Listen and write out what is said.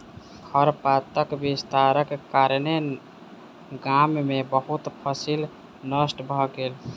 खरपातक विस्तारक कारणेँ गाम में बहुत फसील नष्ट भ गेल